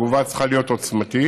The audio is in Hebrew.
התגובה צריכה להיות עוצמתית,